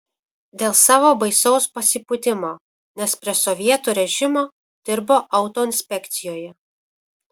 dėl savo baisaus pasipūtimo nes prie sovietų režimo dirbo autoinspekcijoje